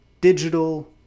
digital